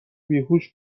بیهوش